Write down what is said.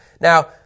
Now